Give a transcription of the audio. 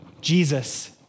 Jesus